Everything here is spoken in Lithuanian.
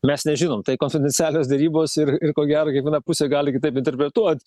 mes nežinom tai konfidencialios derybos ir ir ko gero kiekviena pusė gali kitaip interpretuot